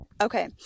okay